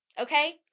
Okay